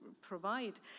provide